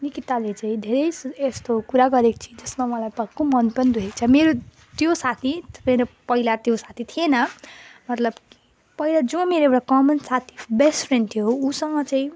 निकिताले चाहिँ धेरै यस्तो कुरा गरेको छे त्यसमा मलाई भक्कु मन पनि दुखेको छ मेरो त्यो साथी मेरो पहिला त्यो साथी थिइन मतलब पहिला जो मेरो एउटा कमन साथी बेस्ट फ्रेन्ड थियो उसँग चाहिँ